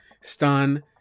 stun